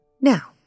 Now